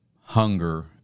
hunger